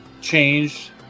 changed